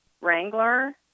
Wrangler